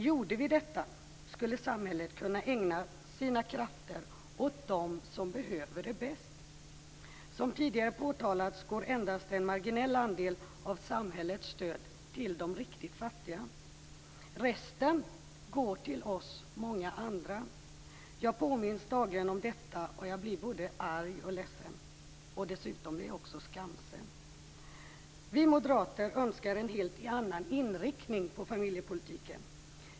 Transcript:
Gjorde vi det skulle samhället kunna ägna sina krafter åt dem som "behöver det bäst". Som tidigare påtalats går endast en marginell andel av samhällets stöd till de riktigt fattiga. Resten går till oss många andra. Jag påminns dagligen om detta, och jag blir arg och ledsen. Dessutom blir jag skamsen. Vi moderater önskar en helt annan inriktning på familjepolitiken.